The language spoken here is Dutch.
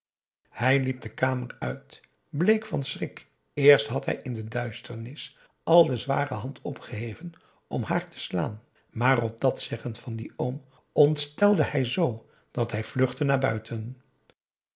hij liep de kamer uit bleek van schrik eerst had hij in de duisternis al de zware hand opgeheven om haar te slaan maar op dat zeggen van dien oom ontstelde hij zoo dat hij vluchtte naar buiten